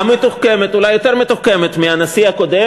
לא לפני עשר שנים.